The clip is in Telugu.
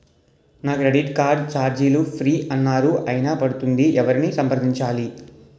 నా క్రెడిట్ కార్డ్ ఛార్జీలు ఫ్రీ అన్నారు అయినా పడుతుంది ఎవరిని సంప్రదించాలి?